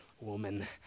woman